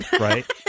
right